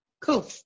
Cool